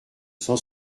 cent